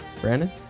Brandon